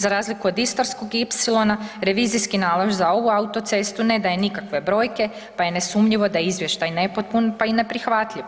Za razliku od Istarskog ipsilona revizijski nalaz za ovu autocestu ne daje nikakve brojke pa je nesumnjivo da je izvještaj nepotpun, pa i neprihvatljiv.